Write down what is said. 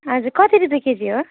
हजुर कति रुप्पे केजी हो